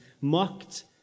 mocked